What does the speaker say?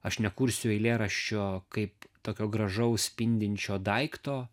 aš nekursiu eilėraščio kaip tokio gražaus spindinčio daikto